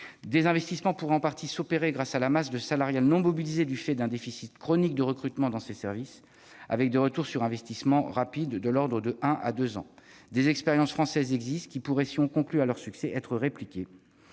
Des investissements pourraient en partie s'opérer grâce à la masse salariale non mobilisée du fait d'un déficit chronique de recrutement dans ces services avec des retours sur investissement rapides, de l'ordre d'un à deux ans. Des expériences françaises existent, qui pourraient, si l'on conclut à leur succès, être répliquées.